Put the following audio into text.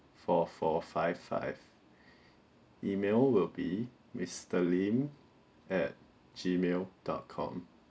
four four five five email will be mister lim at gmail dot com